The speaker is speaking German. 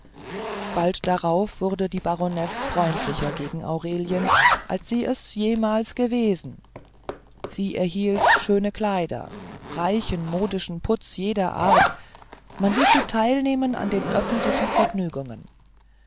bald darauf wurde die baronesse freundlicher gegen aurelien als sie es jemals gewesen sie erhielt schöne kleider reichen modischen putz jeder art man ließ sie teilnehmen an den öffentlichen vergnügungen